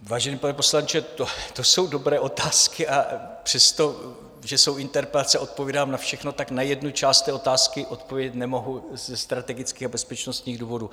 Vážený pane poslanče, to jsou dobré otázky, a přestože jsou interpelace a odpovídám na všechno, tak na jednu část té otázky odpovědět nemohu ze strategických a bezpečnostních důvodů.